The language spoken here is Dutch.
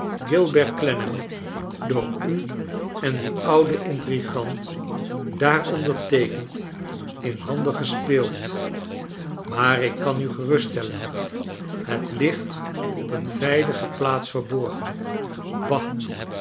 gilbert clennam door u en dien ouden intrigant daar onderteekend in handen gespeeld maar ik kan u geruststellen het ligt op een veilige plaats verborgen ba